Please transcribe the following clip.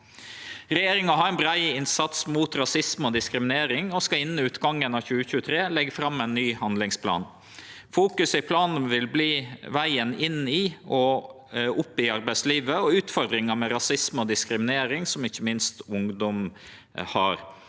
Regjeringa har ein brei innsats mot rasisme og diskriminering og skal innan utgangen av 2023 leggje fram ein ny handlingsplan. Fokuset i planen vil vere vegen inn i og opp i arbeidslivet og utfordringar med rasisme og diskriminering, som ikkje minst gjeld